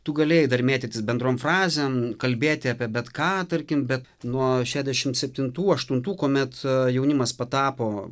tu galėjai dar mėtytis bendrom frazėm kalbėti apie bet ką tarkim bet nuo šešiasdešimt septintų aštuntų kuomet jaunimas patapo